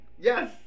Yes